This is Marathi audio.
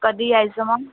कधी यायचं मग